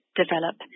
develop